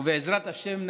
ובעזרת השם,